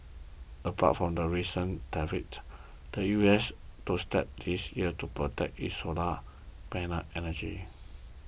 apart from the recent tariffs the U S took steps this year to protect its solar panel energy